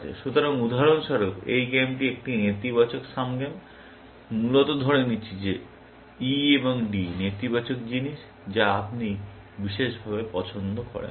সুতরাং উদাহরণস্বরূপ এই গেমটি একটি নেতিবাচক সাম গেম মূলত ধরে নিচ্ছি যে E এবং D নেতিবাচক জিনিস যা আপনি বিশেষভাবে পছন্দ করেন না